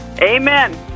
Amen